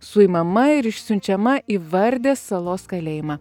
suimama ir išsiunčiama į vardės salos kalėjimą